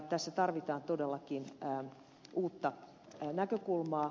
tässä tarvitaan todellakin uutta näkökulmaa